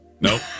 Nope